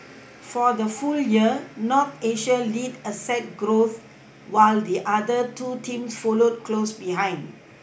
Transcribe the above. for the full year North Asia led asset growth while the other two teams followed close behind